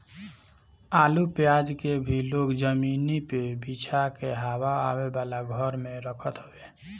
आलू पियाज के भी लोग जमीनी पे बिछा के हवा आवे वाला घर में रखत हवे